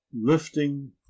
lifting